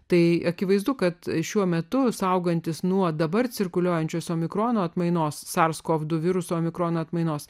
tai akivaizdu kad šiuo metu saugantis nuo dabar cirkuliuojančios mikrono atmainos sars kov du viruso mikrono atmainos